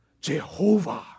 Jehovah